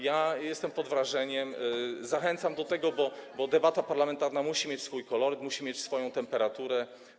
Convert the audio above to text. Jestem pod wrażeniem, zachęcam do tego, bo debata parlamentarna musi mieć swój koloryt, musi mieć swoją temperaturę.